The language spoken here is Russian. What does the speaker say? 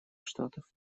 штатов